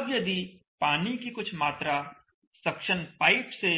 तब यदि पानी की कुछ मात्रा सक्शन पाइप से